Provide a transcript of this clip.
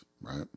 Right